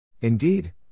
Indeed